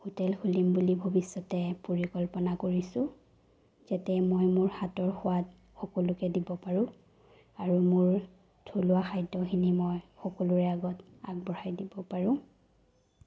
hotel খুলিম বুলি ভৱিষ্যতে পৰিকল্পনা কৰিছোঁ যাতে মই মোৰ হাতৰ সোৱাদ সকলোকে দিব পাৰোঁ আৰু মোৰ থলুৱা খাদ্যখিনি মই সকলোৰে আগত আগবঢ়াই দিব পাৰোঁ